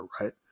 right